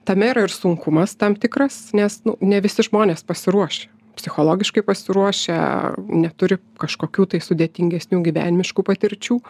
tame yra ir sunkumas tam tikras nes nu ne visi žmonės pasiruošę psichologiškai pasiruošę neturi kažkokių tai sudėtingesnių gyvenimiškų patirčių